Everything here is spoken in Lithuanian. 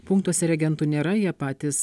punktuose reagentų nėra jie patys